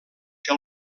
que